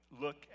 look